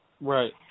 right